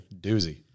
doozy